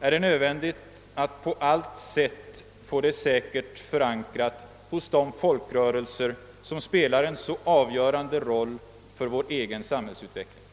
är det nödvändigt att på allt sätt få det säkert förankrat hos de folkrörelser som spelar en så avgörande roll för vår egen samhällsutveckling.